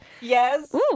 Yes